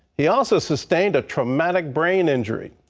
he also sustained a traumatic brain injury.